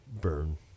burn